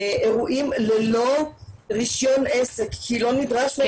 אירועים ללא רישיון עסק כי לא נדרש מהם.